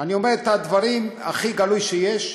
אני אומר את הדברים הכי גלוי שיש.